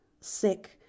sick